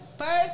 First